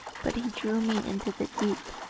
but he drew me into the deep,